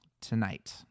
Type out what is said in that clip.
tonight